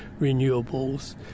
renewables